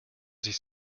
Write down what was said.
sich